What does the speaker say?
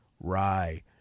rye